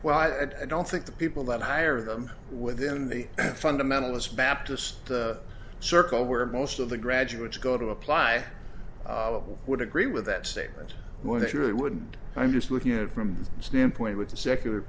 well i don't think the people that hire them within the fundamentalist baptist circle where most of the graduates go to apply would agree with that statement when they surely wouldn't i'm just looking at it from a standpoint with the secular